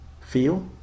feel